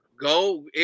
Go